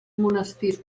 monestirs